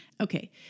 Okay